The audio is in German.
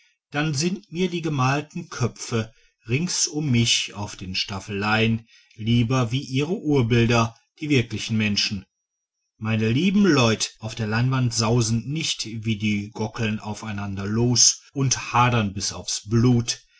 dann sind mir die gemalten köpfe rings um mich auf den staffeleien lieber wie ihre urbilder die wirklichen menschen meine lieben leut auf der leinwand sausen nicht wie die gockeln aufeinander los und hadern bis aufs blut